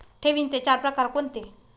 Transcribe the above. ठेवींचे चार प्रकार कोणते?